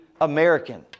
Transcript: American